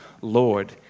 Lord